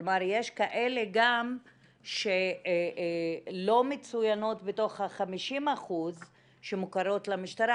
כלומר יש כאלה שגם לא מצוינות בתוך ה-50% שמוכרות למשטרה,